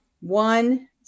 One